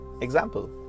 example